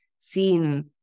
seen